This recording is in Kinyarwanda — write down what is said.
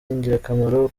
ingirakamaro